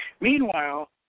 Meanwhile